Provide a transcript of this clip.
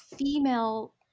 female